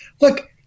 look –